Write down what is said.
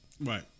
Right